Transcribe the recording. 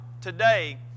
today